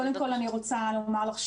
קודם כל אני רוצה לומר לך,